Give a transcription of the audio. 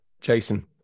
Jason